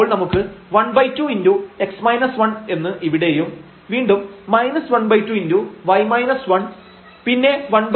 അപ്പോൾ നമുക്ക് ½ എന്ന് ഇവിടെയും വീണ്ടും ½ പിന്നെ ½ ഉം fxx